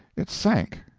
it sank,